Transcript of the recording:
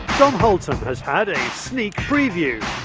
dom holtam has had a sneak preview.